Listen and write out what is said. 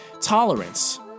tolerance